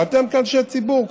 ואתם כאנשי ציבור,